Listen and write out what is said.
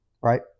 Right